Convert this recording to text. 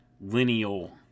lineal